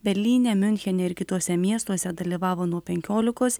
berlyne miunchene ir kituose miestuose dalyvavo nuo penkiolikos